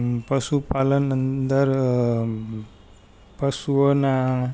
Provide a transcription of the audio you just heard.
પશુપાલન અંદર પશુઓના